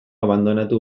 abandonatu